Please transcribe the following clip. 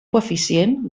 coeficient